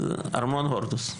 ארמון הורדוס.